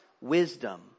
wisdom